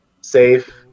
safe